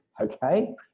okay